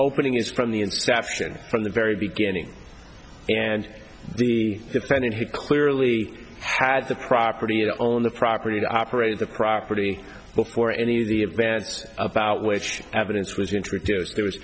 opening is from the inception from the very beginning and the defendant he clearly has the property it owned the property to operate the property before any of the events about which evidence was introduced there was